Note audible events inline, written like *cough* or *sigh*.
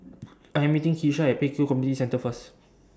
*noise* I Am meeting Keshia At Pek Kio Community Centre First